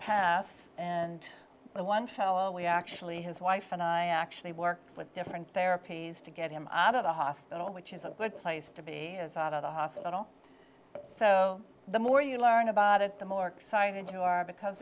pass and one fellow we actually his wife and i actually worked with different therapies to get him out of the hospital which is a good place to be is out of the hospital so the more you learn about it the more excited you are because